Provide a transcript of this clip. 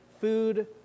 food